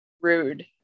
rude